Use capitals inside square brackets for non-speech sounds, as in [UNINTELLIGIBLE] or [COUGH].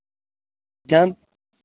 [UNINTELLIGIBLE]